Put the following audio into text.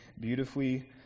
beautifully